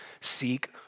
seek